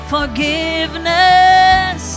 Forgiveness